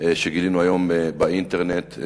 שגילינו היום באינטרנט.